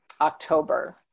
October